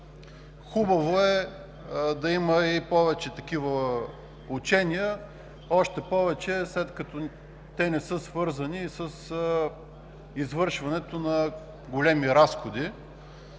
Хубаво е да има и повече такива учения, още повече, след като те не са свързани с извършването на големи разходи